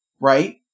right